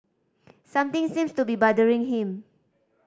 something seems to be bothering him